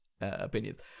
opinions